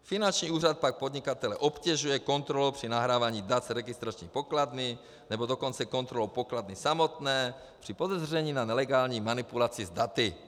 Finanční úřad pak podnikatele obtěžuje kontrolou při nahrávání dat z registrační pokladny, nebo dokonce kontrolou pokladny samotné při podezření na nelegální manipulaci s daty.